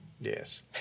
Yes